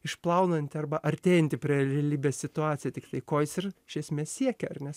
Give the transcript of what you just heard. išplaunanti arba artėjanti prie realybės situaciją tik tai ko jis ir iš esmės siekia ar ne